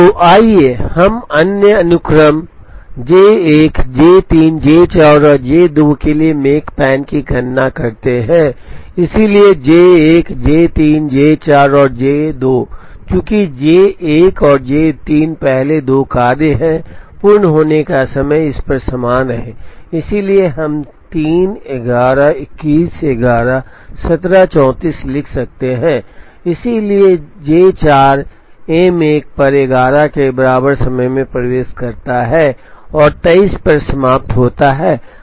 तो आइए हम अन्य अनुक्रम J 1 J 3 J 4 और J 2 के लिए मेकपैन की गणना करते हैं इसलिए J 1 J 3 J 4 और J 2 चूँकि J 1 और J 3 पहले दो कार्य हैं पूर्ण होने का समय इस पर समान रहें इसलिए हम 3 11 21 11 17 34 लिख सकते हैं इसलिए J 4 M 1 पर 11 के बराबर समय में प्रवेश करता है और 23 पर समाप्त होता है